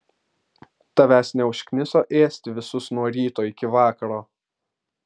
tavęs neužkniso ėsti visus nuo ryto iki vakaro